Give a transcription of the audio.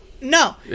No